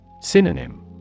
Synonym